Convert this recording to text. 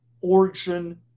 origin